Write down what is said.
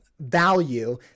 value